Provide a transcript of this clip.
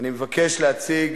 נא להצביע.